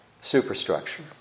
superstructure